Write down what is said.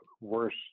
worse